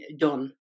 done